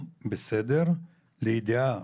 בסדר, לידיעה.